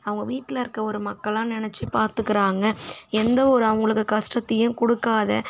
அவங்க வீட்டில் இருக்க ஒரு மக்களாக நினைச்சி பார்த்துக்குறாங்க எந்த ஒரு அவங்களுக்கு கஷ்டத்தையும் கொடுக்காத